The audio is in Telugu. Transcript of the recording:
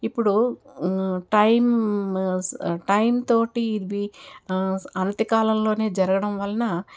ఇప్పుడు టైం టైంతో ఇవి అనతి కాలంలోనే జరగడం వలన